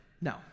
No